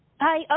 Hi